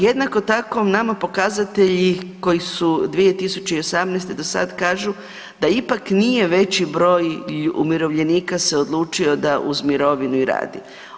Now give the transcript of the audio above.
Jednako tako, nama pokazatelji koji su 2018. do sad kažu da ipak nije veći broj umirovljenika se odlučio da uz mirovinu i radi.